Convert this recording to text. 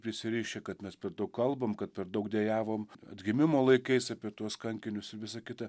prisirišę kad mes per daug kalbam kad per daug dejavom atgimimo laikais apie tuos kankinius visa kita